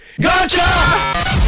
Gotcha